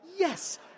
Yes